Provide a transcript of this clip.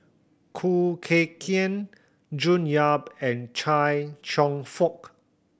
Khoo Kay Hian June Yap and Chia Cheong Fook